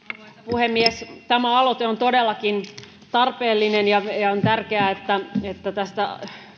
puhemies tämä aloite on todellakin tarpeellinen ja on tärkeää että tästä